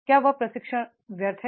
क्या वह प्रशिक्षण व्यर्थ है